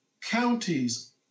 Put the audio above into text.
counties